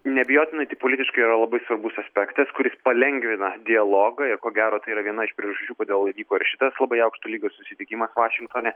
neabejotinai tai politiškai yra labai svarbus aspektas kuris palengvina dialogą ir ko gero tai yra viena iš priežasčių kodėl įvyko ir šitas labai aukšto lygio susitikimas vašingtone